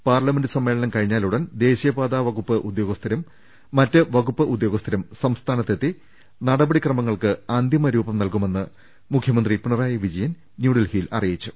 parliament സമ്മേളനം കഴിഞ്ഞാലുടൻ ദേശീയ്പാതാ വകുപ്പ് ഉദ്യോഗ സ്ഥരും മറ്റ് വകുപ്പുദ്യോഗസ്ഥരും സംസ്ഥാനത്തെത്തി നടപ ടിക്രമങ്ങൾക്ക് അന്തിമരൂപം നൽകുമെന്ന് മുഖ്യമന്ത്രി പിണ റായി വിജയൻ ന്യൂഡൽഹിയിൽ അറിയിച്ചു